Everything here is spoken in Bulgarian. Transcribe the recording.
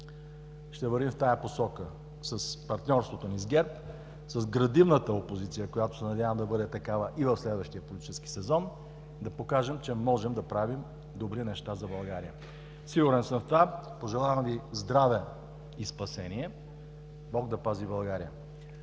ще вървим в тази посока с партньорството ни с ГЕРБ, с градивната опозиция, която се надявам да бъде такава и в следващия политически сезон, да покажем, че можем да правим добри неща за България. Сигурен съм в това. Пожелавам Ви здраве и спасение! Бог да пази България!